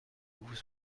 vous